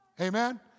Amen